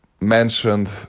mentioned